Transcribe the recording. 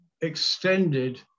extended